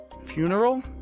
Funeral